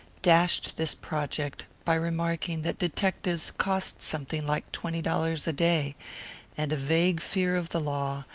dashed this project by remarking that detectives cost something like twenty dollars a day and a vague fear of the law,